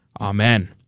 Amen